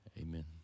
Amen